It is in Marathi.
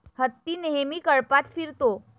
हत्ती नेहमी कळपात फिरतो